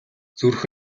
зүрх